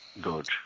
Good